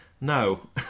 no